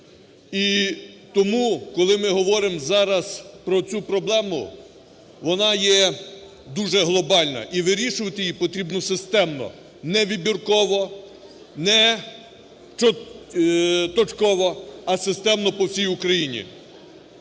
І тому коли ми говоримо зараз про цю проблему, вона є дуже глобальна, і вирішувати її потрібно системно. Не вибірково, не точково, а системно по всій Україні.